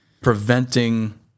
preventing